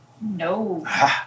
No